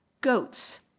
Goats